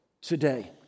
today